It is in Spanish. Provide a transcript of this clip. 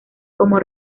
como